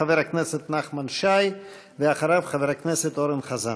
חבר הכנסת נחמן שי, ואחריו, חבר הכנסת אורן חזן.